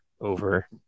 over